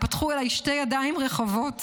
ייפתחו אליי שתי ידיים רחבות